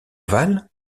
ovales